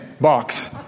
box